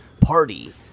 party